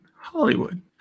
Hollywood